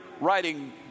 writing